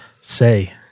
say